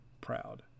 proud